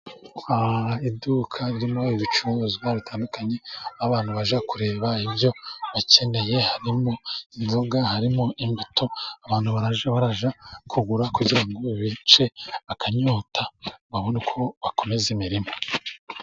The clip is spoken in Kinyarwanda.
Iduka ririmo ibicuruzwa bitandukanye, aho abantu bajya kureba ibyo bakeneye harimo inzoga harimo imbuto, abantu bajya bajya kugura kugira ngo bice akanyota babone uko bakomeza imirimo.